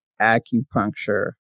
acupuncture